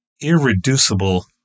irreducible